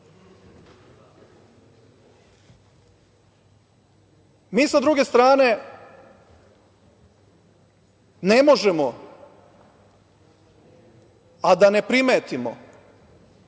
sa druge strane ne možemo a da ne primetimo